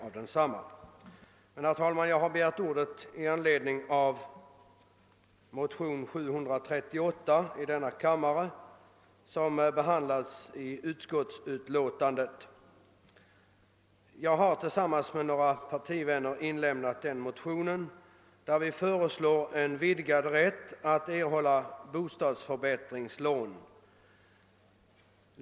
Jag har emellertid, herr talman, närmast begärt ordet i anledning av motionen II: 738. Jag har tillsammans med några partivänner väckt denna motion, vari föreslås en vidgad rätt att erhålla bostadsförbättringslån.